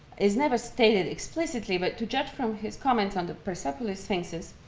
is never stated explicitly, but to judge from his comments on the persepolis sphinxes,